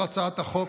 בשמיעה,